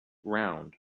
round